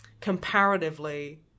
comparatively